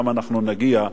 גם אנחנו נגיע.